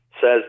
says